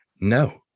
No